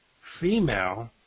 female